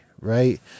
right